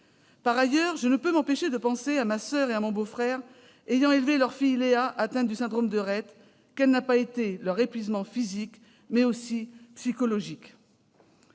situation. Je ne peux m'empêcher de penser à ma soeur et à mon beau-frère, qui ont élevé leur fille Léa, atteinte du syndrome de Rett : quel n'a pas été leur épuisement physique, mais aussi psychologique